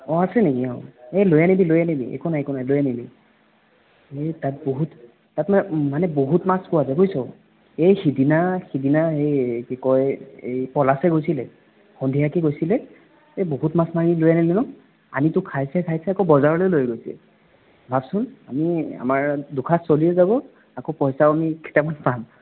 অঁ আছে নেকি অঁ এই লৈ আনিবি লৈ আনিবি একো নাই একো নাই লৈ আনিবি সেই তাত বহুত তাত মানে বহুত মাছ পোৱা যায় বুজিছ এই সিদিনা সিদিনা হেৰি কি কয় এই পলাশে গৈছিলে সন্ধিয়াকৈ গৈছিলে এই বহুত মাছ মাৰি লৈ আনিলে ন' আনিটো খাইছে চাইছে আকৌ বজাৰলৈ লৈ গৈছে ভাবচোন আমি আমাৰ দুসাঁজ চলিও যাব আকৌ পইছাও আমি কেইটামান পাম